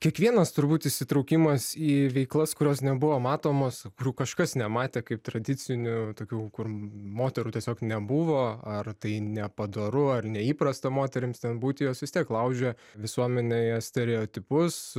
kiekvienas turbūt įsitraukimas į veiklas kurios nebuvo matomos kurių kažkas nematė kaip tradicinių tokių kur moterų tiesiog nebuvo ar tai nepadoru ar neįprasta moterims ten būti jos vis tiek laužė visuomenėje stereotipus